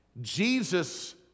Jesus